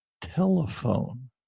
telephone